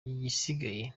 igisigaye